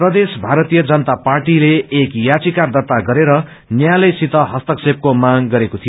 प्रदेश भारतीय जनता पार्टीले याचिका दर्ता गरेर न्यायालयसित हस्तक्षेपको माग गरेको थियो